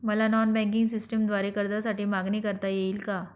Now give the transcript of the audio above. मला non banking सिस्टमद्वारे कर्जासाठी मागणी करता येईल का?